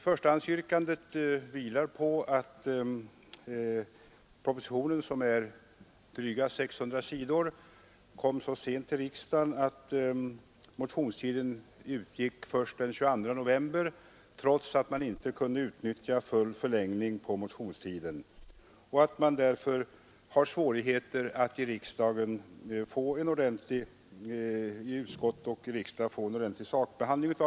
Förstahandsyrkandet beror på att propositionen, som har drygt 600 sidor, kom så sent till riksdagen att motionstiden utgick den 22 november; full förlängning av motionstiden kunde således inte utnyttjas. Man har därför haft svårigheter att i utskott och riksdag få en ordentlig sakbehandling.